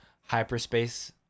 Hyperspace